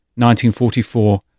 1944